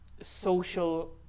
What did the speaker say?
social